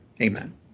Amen